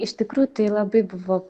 iš tikrųjų tai labai buvo